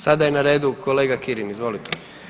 Sada je na redu kolega Kirin, izvolite.